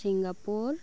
Singapore